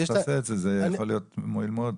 אז תעשה את זה, זה יכול להיות מועיל מאוד.